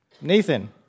Nathan